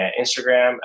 Instagram